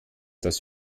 das